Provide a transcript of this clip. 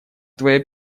твоя